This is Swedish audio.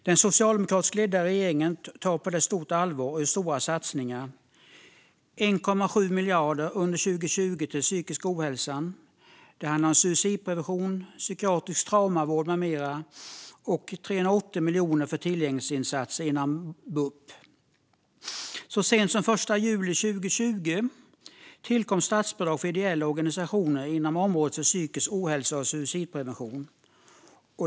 Den socialdemokratiskt ledda regeringen tar detta på stort allvar och gör stora satsningar: 1,7 miljarder 2020 för psykisk hälsa, suicidprevention, psykiatrisk traumavård med mera och 380 miljoner för tillgänglighetsinsatser inom bup. Så sent som den 1 juli 2020 tillkom statsbidrag till ideella organisationer inom området psykisk hälsa och suicidprevention.